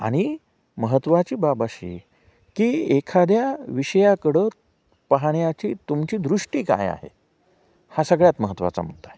आणि महत्त्वाची बाब अशी की एखाद्या विषयाकडं पाहण्याची तुमची दृष्टी काय आहे हा सगळ्यात महत्त्वाचा मुद्दा आहे